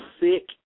sick